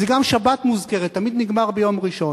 זה גם שבת מוזכרת תמיד נגמר ביום ראשון.